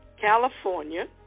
California